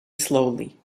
slowly